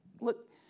Look